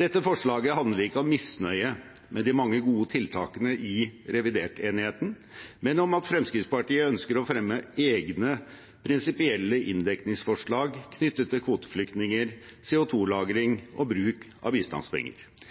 Dette forslaget handler ikke om misnøye med de mange gode tiltakene i revidertenigheten, men om at Fremskrittspartiet ønsker å fremme egne prinsipielle inndekningsforslag knyttet til kvoteflyktninger, CO 2 -lagring og bruk av bistandspenger.